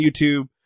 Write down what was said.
YouTube